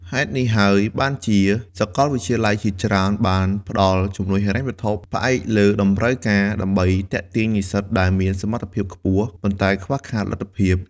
ហេតុនេះហើយបានជាសាកលវិទ្យាល័យជាច្រើនបានផ្ដល់ជំនួយហិរញ្ញវត្ថុផ្អែកលើតម្រូវការ ដើម្បីទាក់ទាញនិស្សិតដែលមានសមត្ថភាពខ្ពស់ ប៉ុន្តែខ្វះខាតលទ្ធភាព។